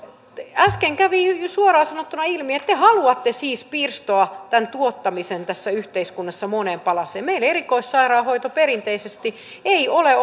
äsken kävi suoraan sanottuna ilmi että te haluatte siis pirstoa tämän tuottamisen tässä yhteiskunnassa moneen palaseen meillä erikoissairaanhoito perinteisesti ei ole